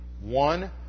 One